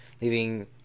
leaving